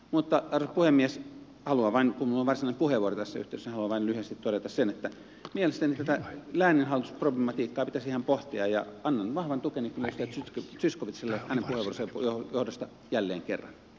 mutta arvoisa puhemies haluan vain kun minulla on varsinainen puheenvuoro tässä yhteydessä lyhyesti todeta sen että mielestäni tätä lääninhallitusproblematiikkaa pitäisi ihan pohtia ja annan vahvan tukeni kyllä edustaja zyskowiczille hänen puheenvuoronsa johdosta jälleen kerran